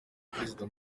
perezida